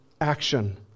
action